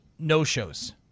no-shows